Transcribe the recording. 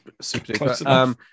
Super